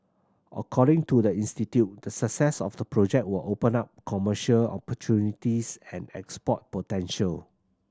according to the institute the success of the project will open up commercial opportunities and export potential